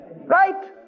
Right